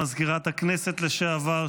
מזכירת הכנסת לשעבר,